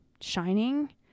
shining